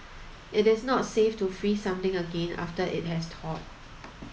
it is not safe to freeze something again after it has thawed